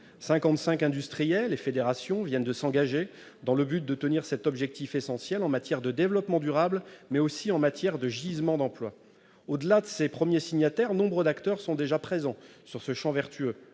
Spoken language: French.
industriels et fédérations viennent de s'engager dans le but de tenir cet objectif essentiel en matière non seulement de développement durable, mais aussi d'emploi. Au-delà de ces premiers signataires, nombre d'acteurs sont déjà présents sur ce champ vertueux.